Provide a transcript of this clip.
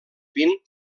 vint